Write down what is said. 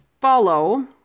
follow